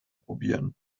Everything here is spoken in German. probieren